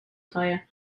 tyre